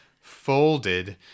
folded